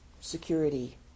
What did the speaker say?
security